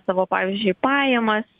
savo pavyzdžiui pajamas